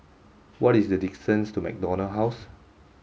what is the distance to MacDonald House